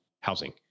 housing